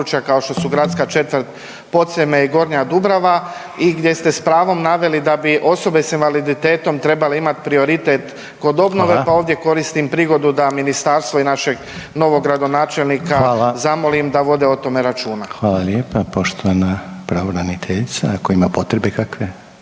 (HDZ)** Hvala lijepa. Poštovana pravobraniteljica ako ima potrebe ikakve.